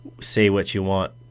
say-what-you-want